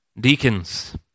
Deacons